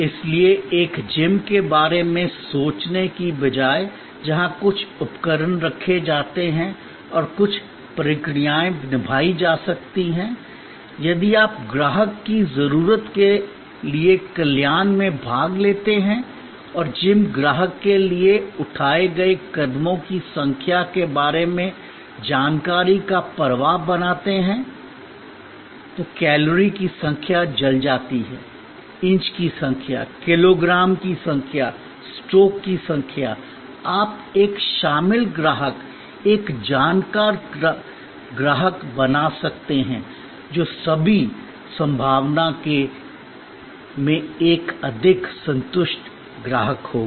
इसलिए एक जिम के बारे में सोचने के बजाय जहां कुछ उपकरण रखे जाते हैं और कुछ प्रक्रियाएं निभाई जा सकती हैं यदि आप ग्राहक की जरूरत के लिए कल्याण में भाग लेते हैं और जिम ग्राहक के लिए उठाए गए कदमों की संख्या के बारे में जानकारी का प्रवाह बनाते हैं तो कैलोरी की संख्या जल जाती है इंच की संख्या किलोग्राम की संख्या स्ट्रोक की संख्या आप एक शामिल ग्राहक एक जानकार ग्राहक बना सकते हैं जो सभी संभावना में एक अधिक संतुष्ट ग्राहक होगा